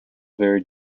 vary